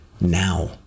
now